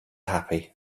happy